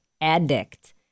addict